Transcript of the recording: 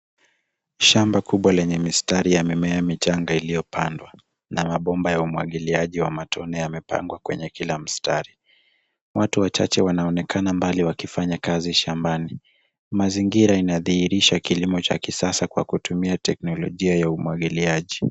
Shamba kubwa lenye mistari ya mimea michanga iliyopandwa na mabomba ya umwagiliaji wa matone yamepangwa kwenye kila mistari. Watu wachache wanaonekana mbali wakifanya kazi shambani. Mazingira inadhihirisha kilimo cha kisasa kwa kutumia teknolijia ya umwagiliaji.